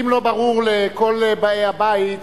אם לא ברור לכל באי הבית,